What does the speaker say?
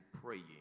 praying